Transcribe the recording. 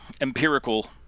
empirical